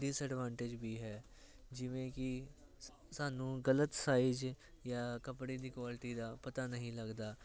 disadvantage ਵੀ ਹੈ ਜਿਵੇਂ ਕਿ ਸਾਨੂੰ ਗਲਤ ਸਾਈਜ਼ ਜਾਂ ਕੱਪੜੇ ਦੀ ਕੁਆਲਿਟੀ ਦਾ ਪਤਾ ਨਹੀਂ ਲੱਗਦਾ